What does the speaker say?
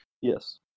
yes